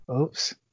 Oops